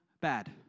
bad